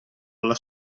alla